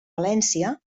valència